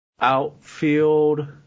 outfield